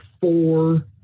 four